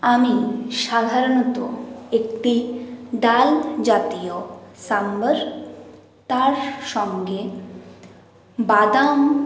আমি সাধারণত একটি ডাল জাতীয় সাম্বার তার সঙ্গে বাদাম